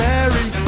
Mary